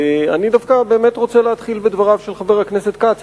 אני דווקא באמת רוצה להתחיל בדבריו של חבר הכנסת כץ.